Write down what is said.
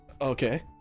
Okay